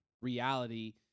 reality